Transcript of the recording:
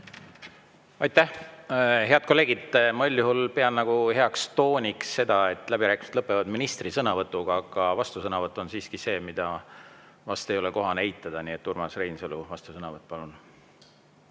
Aitäh! Head kolleegid, ma üldjuhul pean heaks tooniks seda, et läbirääkimised lõpevad ministri sõnavõtuga. Aga vastusõnavõtt on siiski see, mida vast ei ole kohane eitada. Nii et Urmas Reinsalu, vastusõnavõtt, palun!